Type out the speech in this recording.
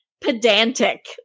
pedantic